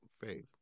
faith